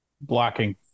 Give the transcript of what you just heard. Blocking